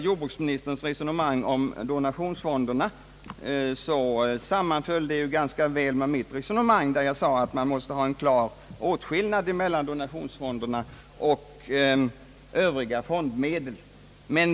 Jordbruksministerns resonemang om donationsfonderna sammanfaller vidare ganska väl med min inställning, nämligen att man måste upprätthålla en klar åtskillnad mellan donationsfonderna och Övriga fondmedel.